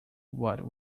what